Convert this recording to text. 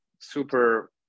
super